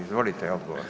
Izvolite odgovor.